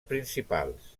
principals